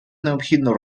необхідно